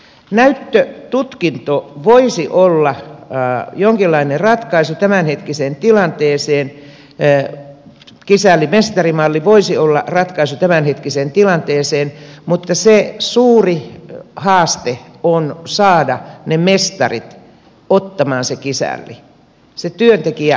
näyttötutkinto voisi olla jonkinlainen ratkaisu tämänhetkiseen tilanteeseen kisällimestari malli voisi olla ratkaisu tämänhetkiseen tilanteeseen mutta se suuri haaste on saada ne mestarit ottamaan se kisälli se työnantaja ottamaan se työntekijä